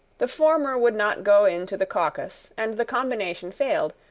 the former would not go into the caucus and the combination failed,